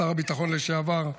שר הביטחון לשעבר,